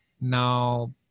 now